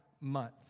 Month